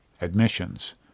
Admissions